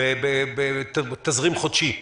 בתזרים חודשי?